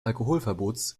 alkoholverbots